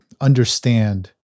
understand